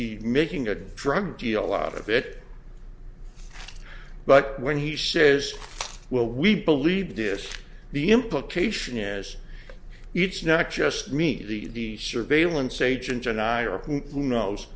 he making a drug deal out of it but when he says well we believe this the implication is it's not just me the surveillance agent and i are who knows